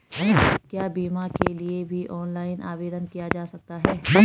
क्या बीमा के लिए भी ऑनलाइन आवेदन किया जा सकता है?